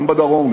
גם בדרום,